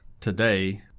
today